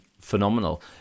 phenomenal